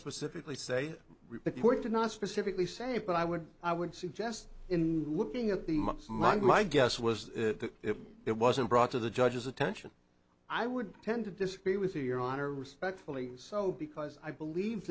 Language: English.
specifically say report did not specifically say it but i would i would suggest in looking at the smug my guess was that if it wasn't brought to the judge's attention i would tend to disagree with you your honor respectfully so because i believe